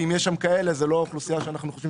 ואם יש שם כאלה זה לא אוכלוסייה שאנחנו חושבים